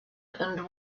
and